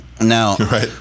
Now